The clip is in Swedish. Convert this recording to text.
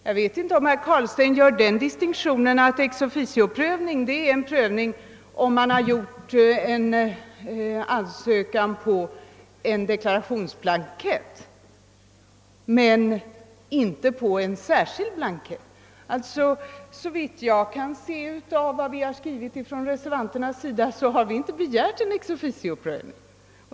Jag vet inte om herr Carlstein gör den distinktionen att det blir fråga om en ex officio-tillämpning om man gör en ansökan om särbeskattning på deklarationsblanketten men inte om man gör det på en särskild blankett. Reservanterna har inte begärt någon ex officioprövning.